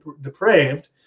depraved